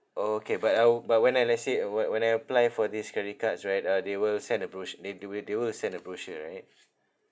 okay but I will but when I let's say uh when when I apply for these credit cards right uh they will send a brochure they they wi~ they will send a brochure right